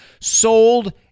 sold